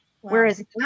Whereas